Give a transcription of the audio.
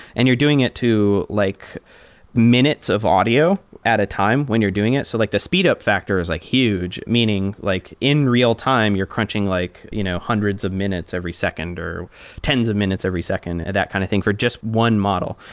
and you're doing it to like minutes of audio at a time when you're doing it. so the speed up factor is like huge. meaning, like in real-time, you're crunching like you know hundreds of minutes every second or tens of minutes every second, that kind of thing, for just one model.